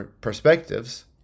perspectives